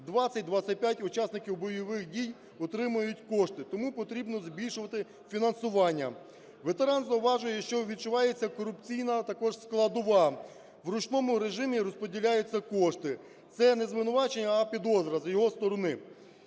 20-25 учасників бойових дій отримують кошти, тому потрібно збільшувати фінансування". Ветеран зауважує, що "відчувається корупційна також складова, в ручному режимі розподіляються кошти". Це не звинувачення, а підозра з його сторони.